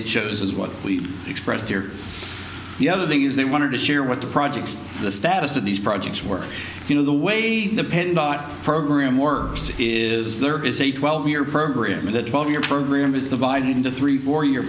it shows is what we expressed here the other thing is they wanted to share what the projects the status of these projects were you know the way the program works is there is a twelve year program the twelve year program is the biden to three four year